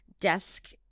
desk